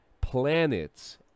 planets